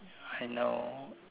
I know